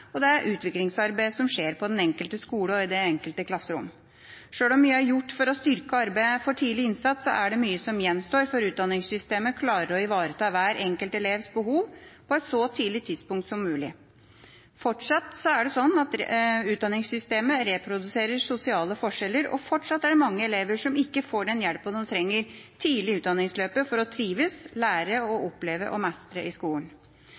og det utviklingsarbeidet som skjer på den enkelte skole og i det enkelte klasserom. Sjøl om mye er gjort for å styrke arbeidet for tidlig innsats, er det mye som gjenstår før utdanningssystemet klarer å ivareta hver enkelt elevs behov på et så tidlig tidspunkt som mulig. Fortsatt reproduserer utdanningssystemet sosiale forskjeller, og fortsatt er det mange elever som ikke får den hjelpa de trenger tidlig i utdanningsløpet for å trives, lære og oppleve å mestre i skolen.